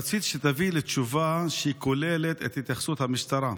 רציתי שתביא לי תשובה שכוללת את התייחסות המשטרה,